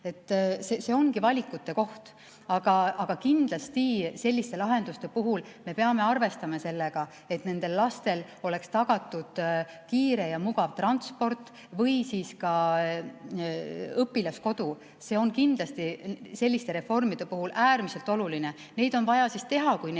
See ongi valikute koht. Aga kindlasti selliste lahenduste puhul me peame arvestama sellega, et nendel lastel oleks tagatud kiire ja mugav transport või siis ka õpilaskodu. See on kindlasti selliste reformide puhul äärmiselt oluline. Neid on vaja siis teha, kui neid